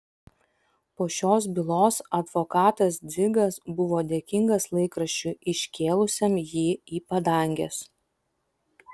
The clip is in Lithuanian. po šios bylos advokatas dzigas buvo dėkingas laikraščiui iškėlusiam jį į padanges